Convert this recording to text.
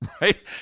Right